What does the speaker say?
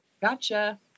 gotcha